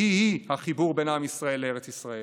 שהיא-היא החיבור בין עם ישראל לארץ ישראל.